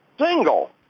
Single